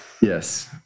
Yes